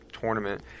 tournament